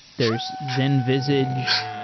there's zenvisage,